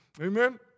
Amen